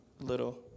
little